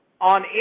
on